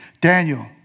Daniel